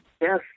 Yes